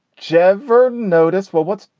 cheverton noticed. well, what's.